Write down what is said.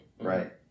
Right